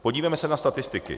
Podívejme se na statistiku.